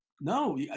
No